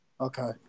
Okay